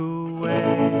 away